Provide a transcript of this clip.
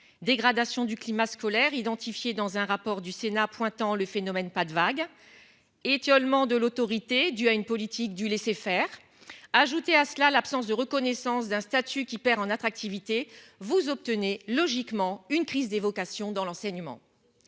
dégradation du climat scolaire identifié dans un rapport du Sénat pointant le phénomène, pas de vague. Étiolement de l'autorité du à une politique du laisser-faire. Ajoutez à cela l'absence de reconnaissance d'un statut qui perd en attractivité vous obtenez logiquement une crise des vocations dans l'enseignement.